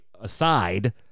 aside